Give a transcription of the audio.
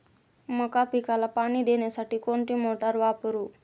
मका पिकाला पाणी देण्यासाठी कोणती मोटार वापरू?